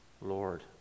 Lord